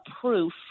proof